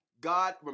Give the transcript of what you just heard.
God